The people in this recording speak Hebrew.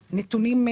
הנתונים.